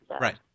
Right